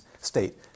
State